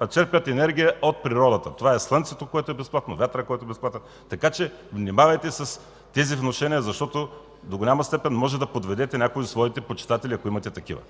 а черпят енергия от природата – това е слънцето, което е безплатно, вятърът, който е безплатен. Така че внимавайте с тези внушения, защото до голяма степен може да подведете някои от своите почитатели, ако имате такива.